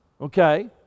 okay